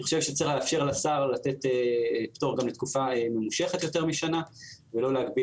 צריך לאפשר לשר לתת פטור גם לתקופה ממושכת יותר משנה ולא להגביל